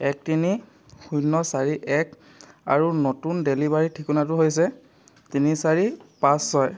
এক তিনি শূন্য চাৰি এক আৰু নতুন ডেলিভাৰী ঠিকনাটো হৈছে তিনি চাৰি পাঁচ ছয়